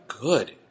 good